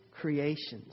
creations